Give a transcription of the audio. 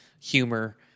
Humor